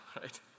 right